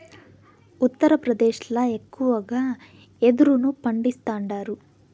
ఉత్తరప్రదేశ్ ల ఎక్కువగా యెదురును పండిస్తాండారు